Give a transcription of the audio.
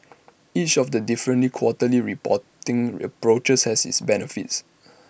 each of the differently quarterly reporting approaches has its benefits